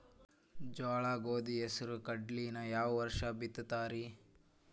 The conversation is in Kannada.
ಜೋಳ, ಗೋಧಿ, ಹೆಸರು, ಕಡ್ಲಿನ ಯಾವ ವರ್ಷ ಬಿತ್ತತಿರಿ?